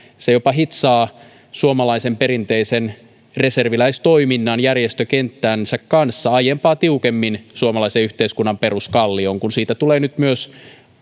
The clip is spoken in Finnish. se jopa hitsaa suomalaisen perinteisen reserviläistoiminnan järjestökenttänsä kanssa aiempaa tiukemmin suomalaisen yhteiskunnan peruskallioon kun siitä tulee nyt myös